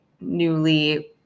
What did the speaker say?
newly